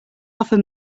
offer